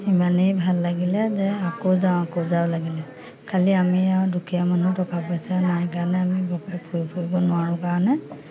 ইমানেই ভাল লাগিলে যে আকৌ যাওঁ আকৌ যাওঁ লাগিলে খালি আমি আৰু দুখীয়া মানুহ টকা পইচা নাই কাৰণে আমি বৰকে ফুৰি ফুৰিব নোৱাৰোঁ কাৰণে